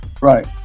Right